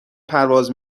پرواز